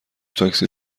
تاکسی